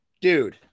Dude